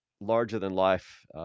larger-than-life